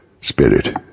Spirit